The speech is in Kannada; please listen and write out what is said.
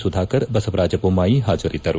ಸುಧಾಕರ್ ಬಸವರಾಜ ಬೊಮ್ಬಾಯಿ ಹಾಜರಿದ್ದರು